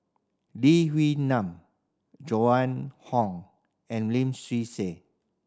Lee Wee Nam Joan Hon and Lim Swee Say